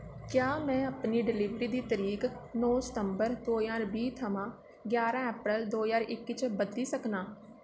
क्या में अपनी डिलीवरी दी तरीक नौ सतम्बर दो ज्हार बीह् थमां ग्यारां ऐप्रैल दो ज्हार इक्की च बदली सकनां